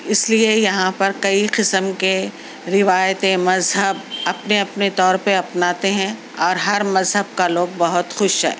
اس لئے یہاں پر کئی قسم کے روایتیں مذہب اپنے اپنے طور پہ اپناتے ہیں اور ہر مذہب کا لوگ بہت خوش ہے